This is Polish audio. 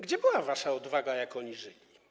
Gdzie była wasza odwaga, jak oni żyli?